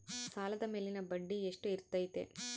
ಸಾಲದ ಮೇಲಿನ ಬಡ್ಡಿ ಎಷ್ಟು ಇರ್ತೈತೆ?